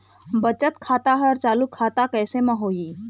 बचत खाता हर चालू खाता कैसे म होही?